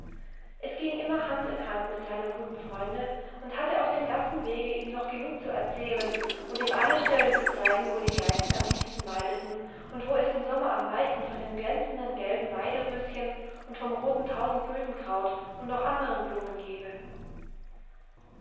es ging immer hand in hand mit seinem guten freunde und hatte auf dem ganzen wege ihm noch genug zu erzählen und ihm alle stellen zu zeigen wo die geißen am liebsten weideten und wo es im sommer am meisten von den glänzenden gelben weideröschen und vom roten tausendgüldenkraut und noch anderen blumen gebe